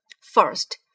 First